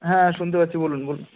হ্যাঁ শুনতে পাচ্ছি বলুন বলুন